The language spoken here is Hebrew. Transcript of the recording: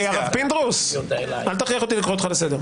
הרב פינדרוס, אל תכריח אותי לקרוא אותך לסדר.